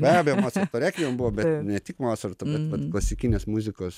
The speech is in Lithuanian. be abejo mocarto rekviem buvo bet ne tik mocarto bet vat klasikinės muzikos